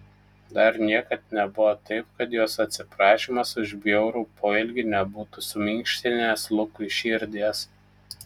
dar niekad nebuvo taip kad jos atsiprašymas už bjaurų poelgį nebūtų suminkštinęs lukui širdies